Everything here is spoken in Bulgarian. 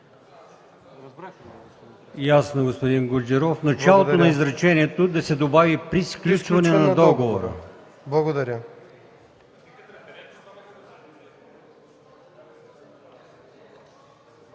Ясно, господин Гуджеров – в началото на изречението да се добави „при сключване на договора”.